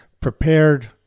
prepared